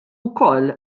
ukoll